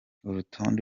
urutonde